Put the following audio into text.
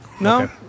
No